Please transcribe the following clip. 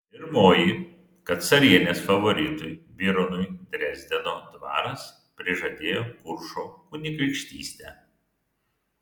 pirmoji kad carienės favoritui bironui dresdeno dvaras prižadėjo kuršo kunigaikštystę